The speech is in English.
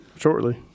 Shortly